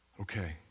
Okay